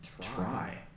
try